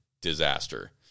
disaster